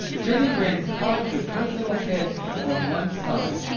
jenny wren cocked her pert little head on one side,